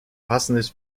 passendes